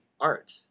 art